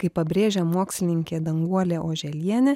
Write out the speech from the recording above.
kaip pabrėžia mokslininkė danguolė oželienė